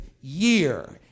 year